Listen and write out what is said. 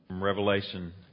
Revelation